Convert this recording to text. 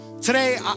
today